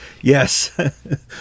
Yes